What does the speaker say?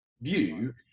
view